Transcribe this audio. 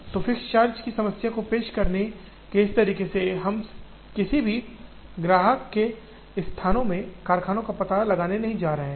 तो fixed charge की समस्या को पेश करने के इस तरीके से हम किसी भी ग्राहक के स्थानों में कारखानों का पता लगाने नहीं जा रहे हैं